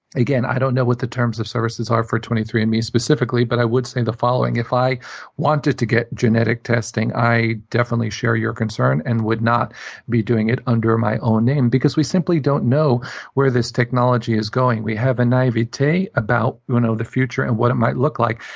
again, i don't know what the terms of services are for twenty three and me specifically, but i would say the following. if i wanted to get genetic testing, i definitely share your concern and would not be doing it under my own name, because we simply don't know where this technology is going. we have a naivete about you know the future and what it might look like.